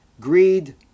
Greed